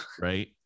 Right